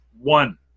one